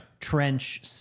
trench